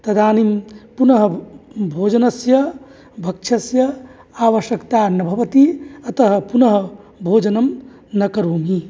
तदानीं पुनः भोजनस्य भक्षस्य आवश्यकता न भवति अतः पुनः भोजनं न करोमि